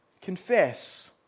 Confess